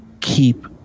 keep